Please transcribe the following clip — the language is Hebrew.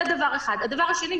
הדבר השני,